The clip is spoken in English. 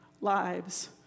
lives